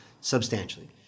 substantially